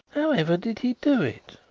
how ever did he do it?